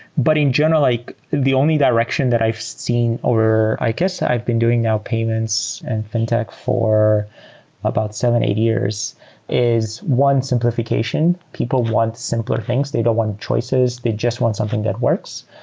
but in general, like the only direction that i've seen over i guess i've been doing now payments and fintech for about seven, eight years is, one, simplification. people want singular things. they don't want choices. they just want something that works.